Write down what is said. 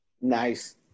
nice